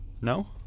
No